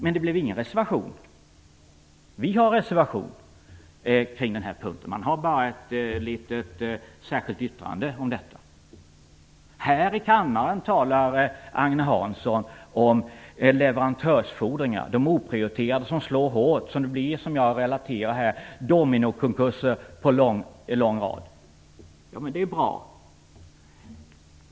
Men det blev ingen reservation! Vi har en reservation på den här punkten, men Centerpartiet har bara ett litet särskilt yttrande om detta. Här i kammaren talar Agne Hansson om de oprioriterade leverantörsfordringar som slår så hårt att det blir dominokonkurser i lång rad, såsom jag relaterade. Det är bra.